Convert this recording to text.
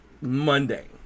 monday